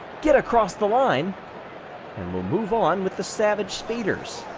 get across the line and will move on with the savage speeders.